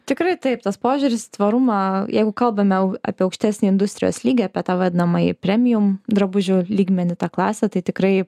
tikrai taip tas požiūris į tvarumą jeigu kalbame apie aukštesnį industrijos lygį apie tą vadinamąjį premijum drabužių lygmenį tą klasę tai tikrai